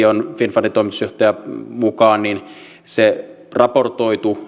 on finnfundin toimitusjohtajan mukaan se raportoitu